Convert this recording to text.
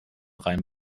rein